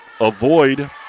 avoid